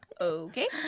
Okay